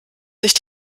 sich